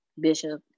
bishop